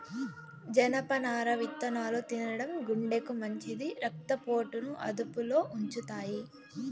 జనపనార విత్తనాలు తినడం గుండెకు మంచిది, రక్త పోటును అదుపులో ఉంచుతాయి